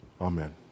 Amen